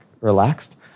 relaxed